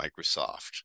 Microsoft